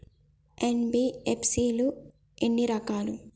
NBFC ఎన్ని రకాలు?